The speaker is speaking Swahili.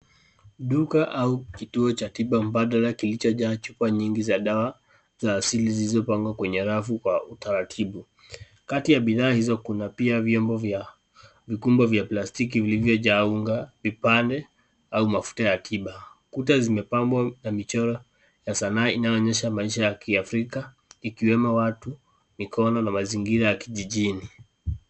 Duka au kituo cha tiba mbadala kilichojaa chupa nyingi za dawa za asili zilizopangwa kwenye rafu kwa utaratibu. Kati ya bidhaa hizo kuna pia vyombo vya mkunga vya plastiki vilivyojaa unga, vipande au mafuta ya akiba. Kuta zimepambwa na michoro ya sanaa inayoonyesha maisha ya kiafrika ikiwemo watu, mikono na mazingira ya kijijini.